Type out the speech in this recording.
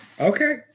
Okay